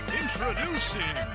introducing